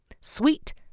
Sweet